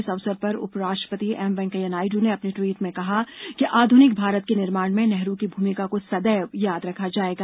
इस अवसर पर उप राष्ट्रपति एम वेंकैया नायडू ने अपने ट्वीट में कहा कि आध्निक भारत के निर्माण में नेहरू की भूमिका को सदैव याद रखा जाएगा